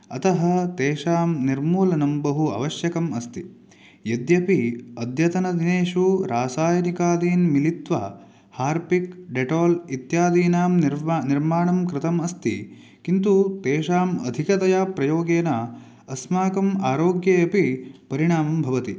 अतः तेषां निर्मूलनं बहु आवश्यकम् अस्ति यद्यपि अद्यतनदिनेषु रासायनिकादीन् मिलित्वा हार्पिक् डेटाल् इत्यादीनां निर्व निर्माणं कृतम् अस्ति किन्तु तेषाम् अधिकतया प्रयोगेन अस्माकम् आरोग्ये अपि परिणामं भवति